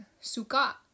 Suka